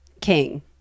king